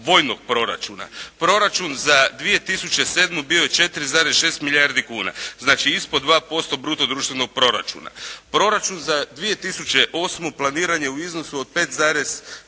vojnog proračuna. Proračun za 2007. bio je 4,6 milijardi kuna. Znači ispod 2% bruto društvenog proračuna. Proračun za 2008. planiran je u iznosu od 5,4 milijarde